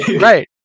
right